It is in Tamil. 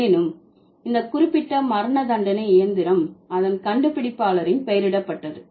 எனினும் இந்த குறிப்பிட்ட மரணதண்டனை இயந்திரம் அதன் கண்டுபிடிப்பாளரின் பெயரிடப்பட்டது